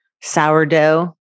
sourdough